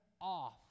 off